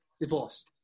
divorce